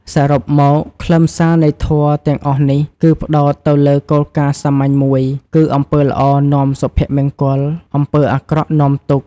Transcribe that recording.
សរុបមក ខ្លឹមសារនៃធម៌ទាំងអស់នេះ គឺផ្តោតទៅលើគោលការណ៍សាមញ្ញមួយ គឺអំពើល្អនាំសុភមង្គល អំពើអាក្រក់នាំទុក្ខ។